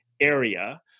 area